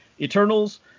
Eternals